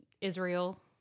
Israel